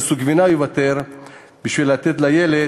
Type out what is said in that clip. על איזה סוג גבינה הוא יוותר בשביל לתת לילד,